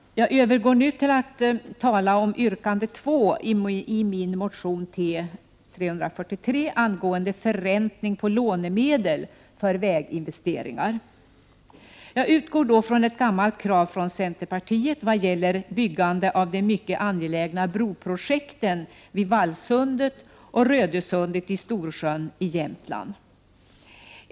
Jag övergår nu till att tala om yrkande 2 i min motion T343 angående förräntning på lånemedel för väginvesteringar. Jag utgår från ett gammalt krav från centerpartiet vad gäller byggande av de mycket angelägna broprojekten i Vallsundet och Rödösundet i Storsjön i Jämtland.